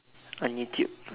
on YouTube